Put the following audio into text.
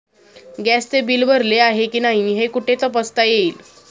गॅसचे बिल भरले आहे की नाही हे कुठे तपासता येईल?